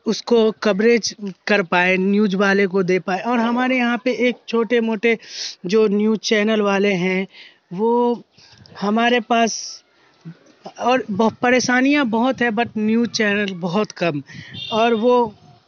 اس کو کوریج کر پائے نیوز والے کو دے پائے اور ہمارے یہاں پہ ایک چھوٹے موٹے جو نیوز چینل والے ہیں وہ ہمارے پاس اور پریشانیاں بہت ہے بٹ نیوز چینل بہت کم اور وہ